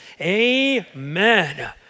amen